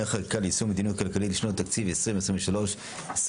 חקיקה ליישום המדיניות הכלכלית לשנות התקציב 2023 ו-2024),